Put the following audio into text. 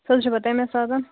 سُہ حَظ وٕچھو تمی ساتن